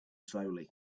slowly